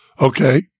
okay